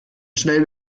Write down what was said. schnellem